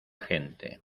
gente